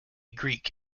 greek